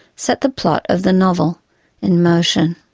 set the plot of the novel in motion.